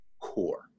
core